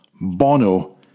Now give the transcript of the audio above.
Bono